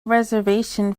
reservation